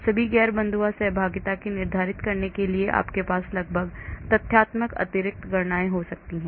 सभी गैर बंधुआ सहभागिता को निर्धारित करने के लिए आपके पास लगभग तथ्यात्मक अतिरिक्त गणनाएं हो सकती हैं